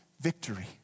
victory